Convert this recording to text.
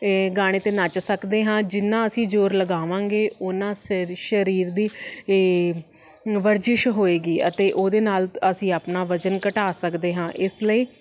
ਇਹ ਗਾਣੇ 'ਤੇ ਨੱਚ ਸਕਦੇ ਹਾਂ ਜਿੰਨਾਂ ਅਸੀਂ ਜ਼ੋਰ ਲਗਾਵਾਂਗੇ ਉਨਾ ਸ ਸਰੀਰ ਦੀ ਇਹ ਵਰਜਿਸ਼ ਹੋਏਗੀ ਅਤੇ ਉਹਦੇ ਨਾਲ ਅਸੀਂ ਆਪਣਾ ਵਜ਼ਨ ਘਟਾ ਸਕਦੇ ਹਾਂ ਇਸ ਲਈ